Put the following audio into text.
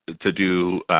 to-do